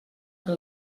que